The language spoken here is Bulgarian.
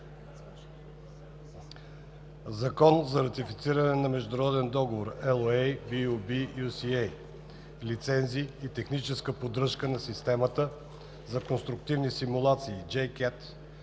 закон за ратифициране на Международен договор (LOA) BU-B-UCA „Лицензи и техническа поддръжка на системата за конструктивни симулации JCATS